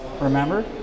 Remember